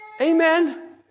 Amen